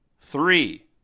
Three